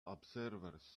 observers